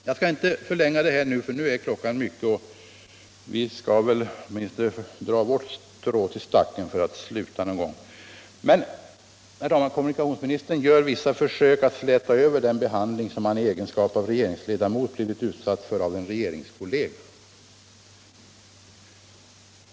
Jag skall inte förlänga debatten nämnvärt, för klockan är mycket, men kommunikationsministern gjorde vissa försök att släta över den behandling som han i egenskap av regeringsledamot blivit utsatt för av en regeringskollega.